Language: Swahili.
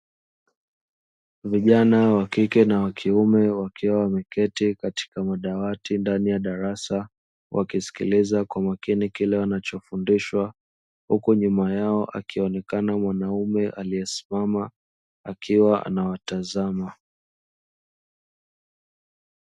Vijana wa kike na wa kiume wakiwa wameketi kwenye madawati ndani ya darasa wakisikiliza kwa makini kile wanachofundishwa, huku nyuma yao akionekana mwanaume aliyesimama akiwa anawatazama.